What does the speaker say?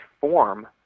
form